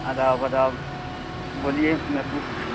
آداب آداب بولیے میں بک